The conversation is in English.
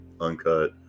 uncut